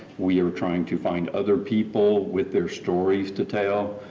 we are trying to find other people with their stories to tell.